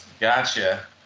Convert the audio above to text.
Gotcha